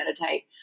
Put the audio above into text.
meditate